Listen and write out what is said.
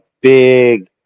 big